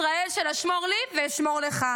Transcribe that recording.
ישראל של ה"שמור לי ואשמור לך",